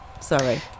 Sorry